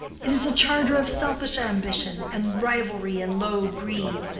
it is a charter of selfish ambition and rivalry in low greed.